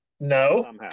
No